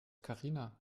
karina